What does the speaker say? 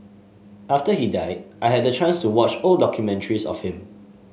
after he died I had the chance to watch old documentaries of him